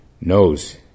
knows